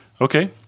Okay